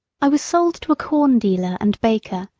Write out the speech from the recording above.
i was sold to a corn dealer and baker,